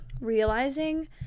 realizing